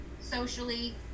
socially